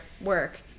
work